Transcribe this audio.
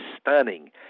stunning